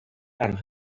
and